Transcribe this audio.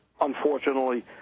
unfortunately